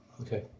okay